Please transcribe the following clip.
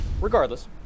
Regardless